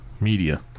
media